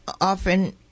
often